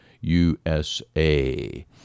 USA